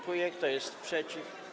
Kto jest przeciw?